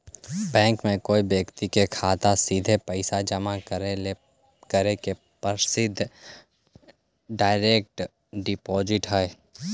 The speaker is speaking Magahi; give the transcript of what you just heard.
बैंक में कोई व्यक्ति के खाता में सीधा पैसा जमा करे के पद्धति डायरेक्ट डिपॉजिट हइ